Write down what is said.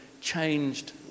changed